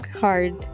hard